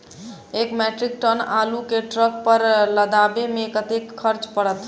एक metric ton आलु केँ ट्रक पर लदाबै मे कतेक खर्च पड़त?